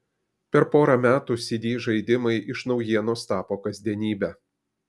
per porą metų cd žaidimai iš naujienos tapo kasdienybe